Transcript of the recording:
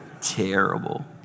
Terrible